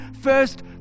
first